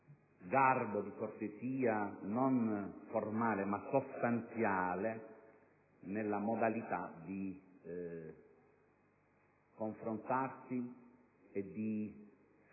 garbo e cortesia non formali, ma sostanziali nella modalità di confrontarsi e di